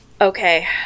Okay